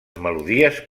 melodies